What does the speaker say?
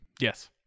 Yes